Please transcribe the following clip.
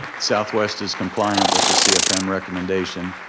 southwest is compliant with the cfm recommendation.